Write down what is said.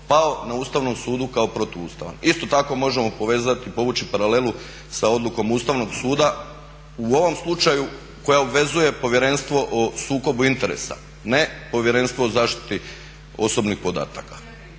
pao na Ustavnom sudu kao protuustavan. Isto tako možemo povući paralelu sa odlukom Ustavnog suda u ovom slučaju koja obvezuje Povjerenstvo o sukobu interesa, ne Agenciju o zaštiti osobnih podataka.